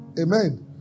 Amen